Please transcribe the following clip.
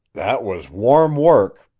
that was warm work,